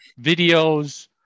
videos